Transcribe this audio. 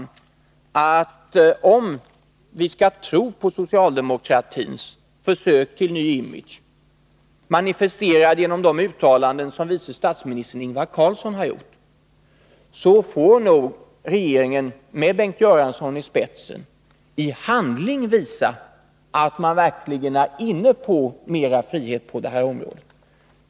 Det är faktiskt så att om vi skall tro på socialdemokratins försök till ny image, manifesterad genom de uttalanden som vice statsministern Ingvar Carlsson har gjort, så får nog regeringen med Bengt Göransson i spetsen i handling visa att man verkligen är inne på mera frihet på detta område.